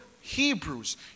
Hebrews